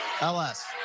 LS